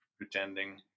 pretending